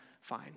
Fine